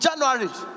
January